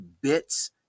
bits